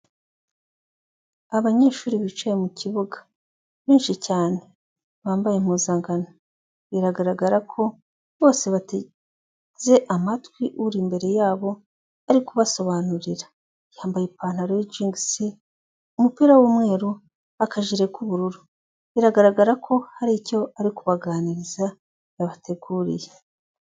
Abanyeshuri bicaye mu kibuga benshi cyane, bambaye impuzankano biragaragara ko bose bateze amatwi uri imbere yabo ari kubasobanurira, yambaye ipantaro y'ijingisi, umupira w'umweru, akajiri k'ubururu, biragaragara ko hari icyo ari kubaganiriza yabateguriye.